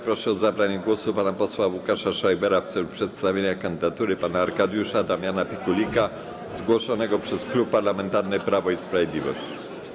Proszę o zabranie głosu pana posła Łukasza Schreibera w celu przedstawienia kandydatury pana Arkadiusza Damiana Pikulika, zgłoszonego przez Klub Parlamentarny Prawo i Sprawiedliwość.